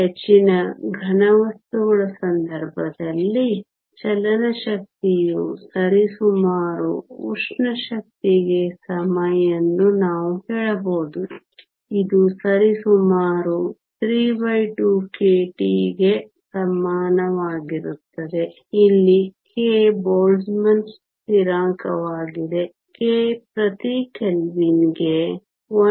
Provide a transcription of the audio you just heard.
ಹೆಚ್ಚಿನ ಘನವಸ್ತುಗಳ ಸಂದರ್ಭದಲ್ಲಿ ಚಲನ ಶಕ್ತಿಯು ಸರಿಸುಮಾರು ಉಷ್ಣ ಶಕ್ತಿಗೆ ಸಮ ಎಂದು ನಾವು ಹೇಳಬಹುದು ಇದು ಸರಿಸುಮಾರು 32 kT ಗೆ ಸಮಾನವಾಗಿರುತ್ತದೆ ಇಲ್ಲಿ k ಬೋಲ್ಟ್ಜ್ಮನ್ ಸ್ಥಿರಾಂಕವಾಗಿದೆ k ಪ್ರತಿ ಕೆಲ್ವಿನ್ಗೆ 1